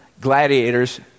gladiators